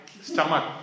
stomach